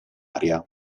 area